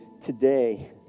today